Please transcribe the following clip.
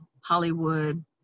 hollywood